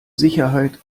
sicherheit